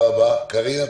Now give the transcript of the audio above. בבקשה, קארין.